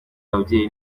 ababyeyi